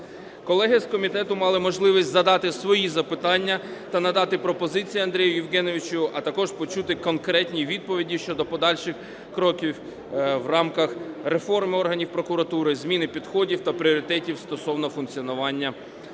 Колеги з комітету мали можливість задати свої запитання та надати пропозиції Андрію Євгеновичу, а також почути конкретні відповіді щодо подальших кроків в рамках реформ органів прокуратури, зміни підходів та пріоритетів стосовно функціонування органів